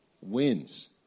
wins